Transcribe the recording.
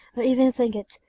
or even think it.